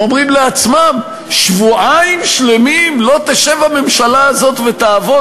הם אומרים לעצמם: שבועיים שלמים לא תשב הממשלה הזאת ותעבוד?